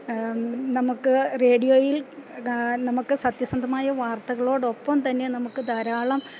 നമുക്ക് റേഡിയോയിൽ നമുക്ക് സത്യസന്ധമായ വാർത്തകളോടൊപ്പം തന്നെ നമുക്ക് ധാരാളം